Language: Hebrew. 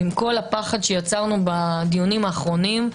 עם כל הפחד שיצרנו בדיונים האחרונים,